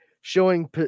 showing